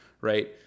right